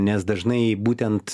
nes dažnai būtent